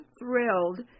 thrilled